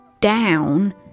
down